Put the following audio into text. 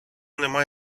нема